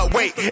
Wait